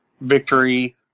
victory